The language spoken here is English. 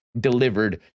delivered